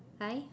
hi